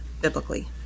biblically